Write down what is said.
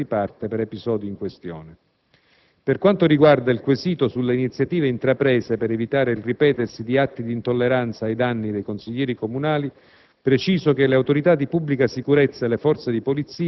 Al momento, non risulta peraltro presentata alcuna querela di parte per gli episodi in questione. Per quanto riguarda il quesito sulle iniziative intraprese per evitare il ripetersi di atti di intolleranza ai danni dei consiglieri comunali,